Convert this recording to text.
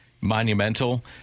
monumental